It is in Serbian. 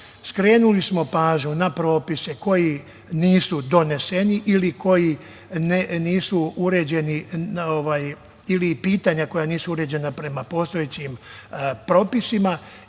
Skrenuli smo pažnju na propise koji nisu doneseni ili koji nisu uređeni, odnosno pitanja na koja nisu uređena prema postojećim propisima